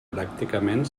pràcticament